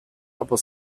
aber